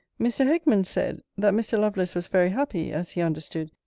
mr. hickman said, that mr. lovelace was very happy, as he understood,